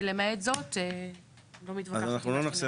למעט זאת, אני לא מתווכחת עם מה שנאמר.